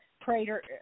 prater